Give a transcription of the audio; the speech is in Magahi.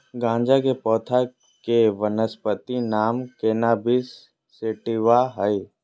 गाँजा के पौधा के वानस्पति नाम कैनाबिस सैटिवा हइ